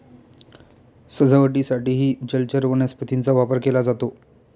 सजावटीसाठीही जलचर वनस्पतींचा वापर केला जातो